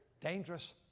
Dangerous